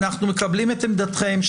אנו מקבלים את עמדתכם.